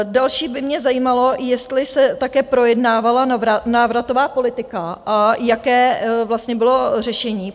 Další by mě zajímalo, jestli se také projednávala návratová politika a jaké vlastně bylo řešení?